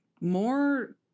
More